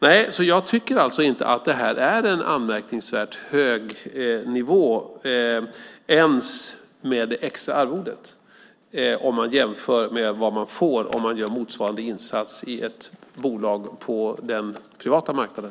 Nej, jag tycker alltså inte att det här är en anmärkningsvärt hög nivå, inte ens med det extra arvodet, om man jämför med vad man får om man gör motsvarande insats i ett bolag på den privata marknaden.